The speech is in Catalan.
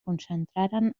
concentraren